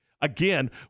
again